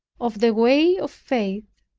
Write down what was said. of the way of faith,